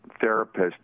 therapist